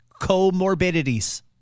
comorbidities